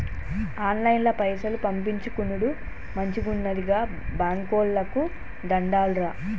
ఆన్లైన్ల పైసలు పంపిచ్చుకునుడు మంచిగున్నది, గా బాంకోళ్లకు దండాలురా